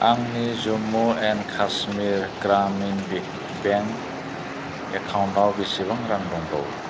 आंनि Jammu and Kashmir Gramin bank एकाउन्टाव बेसेबां रां दंबावो